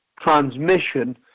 transmission